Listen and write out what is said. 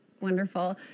Wonderful